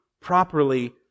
properly